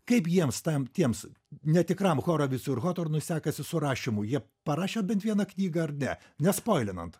kaip jiems tam tiems netikram horovitsui ir hotornui sekasi su rašymu ji parašė bent vieną knygą ar ne nespoilinant